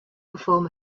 perform